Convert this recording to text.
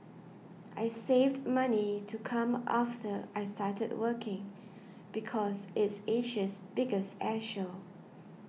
I saved money to come after I started working because it's Asia's biggest air show